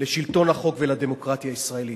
לשלטון החוק ולדמוקרטיה הישראלית.